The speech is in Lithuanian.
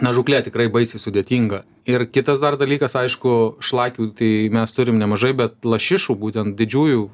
na žūklė tikrai baisiai sudėtinga ir kitas dar dalykas aišku šlakių tai mes turim nemažai bet lašišų būtent didžiųjų